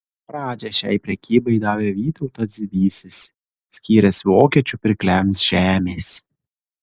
pradžią šiai prekybai davė vytautas didysis skyręs vokiečių pirkliams žemės